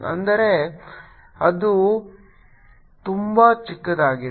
ಆದರೆ ಇದು ತುಂಬಾ ಚಿಕ್ಕದಾಗಿದೆ